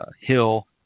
Hill